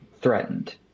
threatened